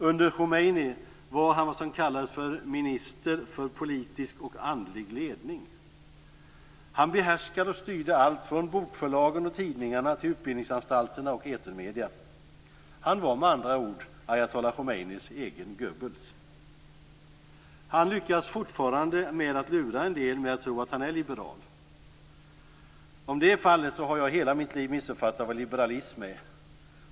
Under Khomeyni var han vad som kallades minister för politisk och andlig ledning. Han behärskade och styrde alltifrån bokförlagen och tidningarna till utbildningsanstalterna och etermedierna. Han var med andra ord ayatolla Khomeynis egen Goebbels. Han lyckas fortfarande lura en del att tro att han är liberal. Om så är fallet har jag i hela mitt liv missuppfattat vad liberalism är.